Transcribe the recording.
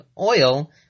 oil